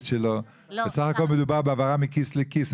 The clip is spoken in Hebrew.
בסך הכול מדובר בהעברה מכיס לכיס,